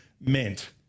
meant